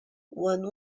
when